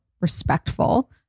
respectful